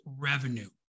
revenue